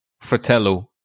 Fratello